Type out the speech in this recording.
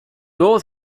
old